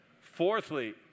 Fourthly